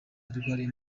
arwariye